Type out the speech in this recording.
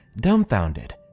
dumbfounded